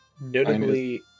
notably